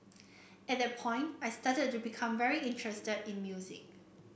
at that point I started to become very interested in music